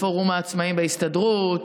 לפורום העצמאים בהסתדרות,